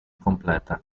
completa